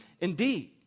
indeed